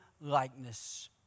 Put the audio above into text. likeness